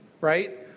right